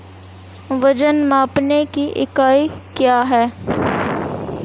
वजन मापने की इकाई क्या है?